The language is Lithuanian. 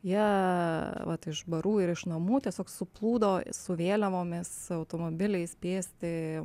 jie vat iš barų ir iš namų tiesiog suplūdo su vėliavomis automobiliais pėsti